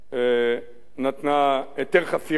נתנה היתר חפירה